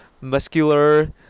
muscular